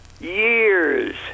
years